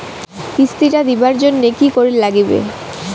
কিস্তি টা দিবার জন্যে কি করির লাগিবে?